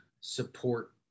support